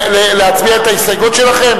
ההסתייגות של קבוצת סיעת חד"ש לסעיף 41(2) לא נתקבלה.